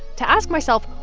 to ask myself,